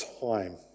time